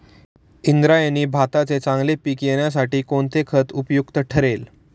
इंद्रायणी भाताचे चांगले पीक येण्यासाठी कोणते खत उपयुक्त ठरेल?